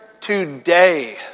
today